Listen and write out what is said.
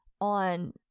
on